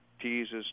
teases